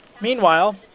Meanwhile